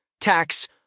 tax